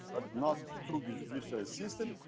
but not through the judicial system.